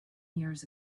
years